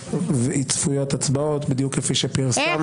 הבא צפויות הצבעות בדיוק כפי שפרסמנו -- איך?